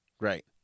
Right